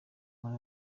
muri